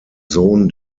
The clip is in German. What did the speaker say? sohn